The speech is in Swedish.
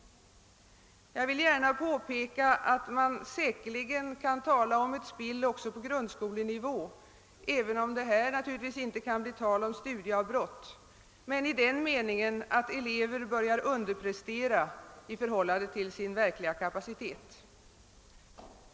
Jag vill gärna påpeka att man säkerligen kan tala om ett spill också på grundskolenivå även om det där naturligtvis inte kan bli tal om studieavbrott — i den meningen att elever börjar underprestera i förhållande till sin verkliga kapacitet.